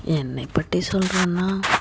என்னை பற்றி சொல்லணுன்னா